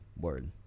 word